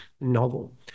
novel